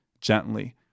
Gently